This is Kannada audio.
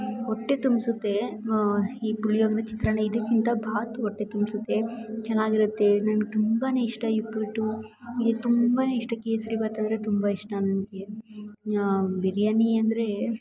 ಹೊಟ್ಟೆ ತುಂಬಿಸುತ್ತೆ ಈ ಪುಳಿಯೋಗರೆ ಚಿತ್ರಾನ್ನ ಇದಕ್ಕಿಂತ ಬಾತು ಹೊಟ್ಟೆ ತುಂಬಿಸುತ್ತೆ ಚೆನ್ನಾಗಿರುತ್ತೆ ನನ್ಗೆ ತುಂಬಾ ಇಷ್ಟ ಈ ಉಪ್ಪಿಟ್ಟು ನನಗೆ ತುಂಬ ಇಷ್ಟ ಕೇಸರಿಬಾತ್ ಅಂದರೆ ತುಂಬ ಇಷ್ಟ ನನಗೆ ಬಿರಿಯಾನಿ ಅಂದರೆ